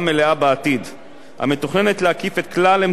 המתוכננת להקיף את כלל אמצעי התחבורה ולשלב ביניהם.